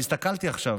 אני הסתכלתי עכשיו,